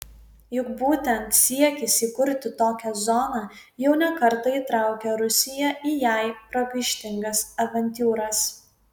juk būtent siekis įkurti tokią zoną jau ne kartą įtraukė rusiją į jai pragaištingas avantiūras